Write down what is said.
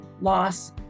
loss